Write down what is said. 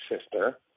sister